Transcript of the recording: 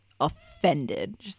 offended